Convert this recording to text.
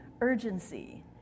urgency